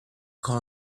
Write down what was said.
call